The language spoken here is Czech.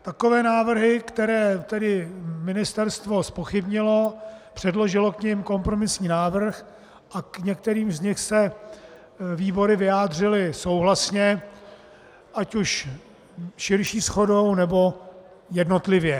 Takové návrhy, které ministerstvo zpochybnilo, předložilo k nim kompromisní návrh a k některým z nich se výbory vyjádřily souhlasně, ať už širší shodou, nebo jednotlivě.